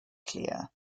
clear